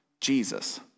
Jesus